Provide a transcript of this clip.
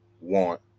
want